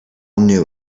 knew